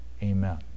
Amen